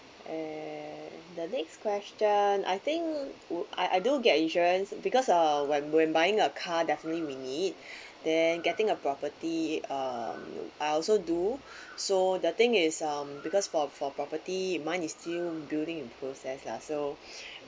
and the next question I think would I I do get insurance because uh when when buying a car definitely we need then getting a property um I also do so the thing is um because for for property mine is still building in process lah so